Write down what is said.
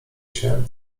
się